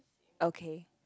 okay